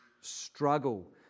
struggle